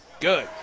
Good